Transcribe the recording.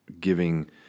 giving